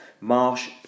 Marsh